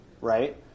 right